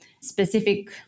Specific